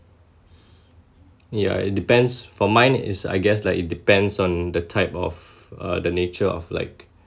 yeah it depends for mine is I guess like it depends on the type of uh the nature of like